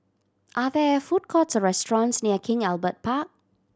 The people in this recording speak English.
are there food courts or restaurants near King Albert Park